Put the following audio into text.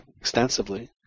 extensively